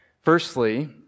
Firstly